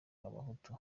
abahutu